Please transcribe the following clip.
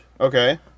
Okay